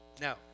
Now